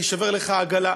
תישבר לך העגלה.